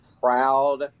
proud